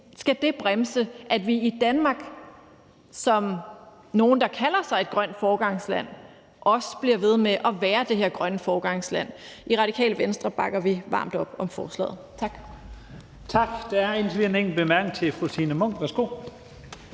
skullet bremse, at vi i Danmark som nogle, der kalder os et grønt foregangsland, også bliver ved med at være det grønne foregangsland. I Radikale Venstre bakker vi varmt op om forslaget. Tak.